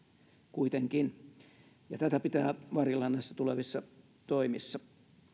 kuitenkin ja tätä pitää varjella näissä tulevissa toimissa